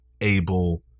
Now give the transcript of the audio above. able